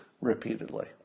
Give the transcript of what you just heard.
repeatedly